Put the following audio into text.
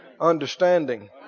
Understanding